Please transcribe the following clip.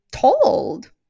told